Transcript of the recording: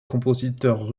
compositeur